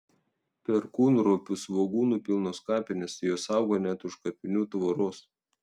perkūnropių svogūnų pilnos kapinės jos auga net už kapinių tvoros